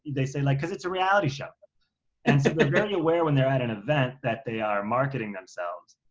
they say like, cause it's a reality show. and so they're very aware when they're at an event that they are marketing themselves.